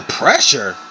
pressure